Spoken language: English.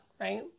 right